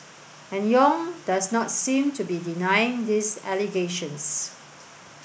and Yong does not seem to be denying these allegations